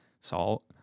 salt